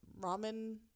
Ramen